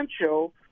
potential